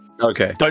Okay